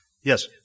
Yes